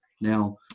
Now